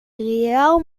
real